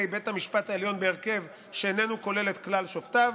בית המשפט העליון בהרכב שאיננו כולל את כל שופטיו.